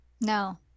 No